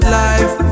life